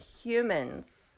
humans